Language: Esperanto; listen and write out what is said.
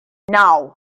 naŭ